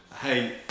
Hey